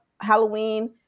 Halloween